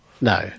No